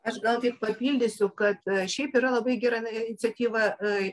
aš gal tik papildysiu kad šiaip yra labai gera iniciatyva a